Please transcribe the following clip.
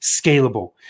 scalable